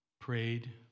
prayed